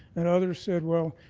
and others said well,